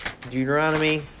Deuteronomy